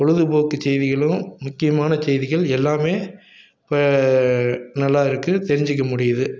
பொழுதுபோக்குச் செய்திகளும் முக்கியமான செய்திகள் எல்லாமே இப்போ நல்லா இருக்குது தெரிஞ்சிக்க முடியுது